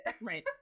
Right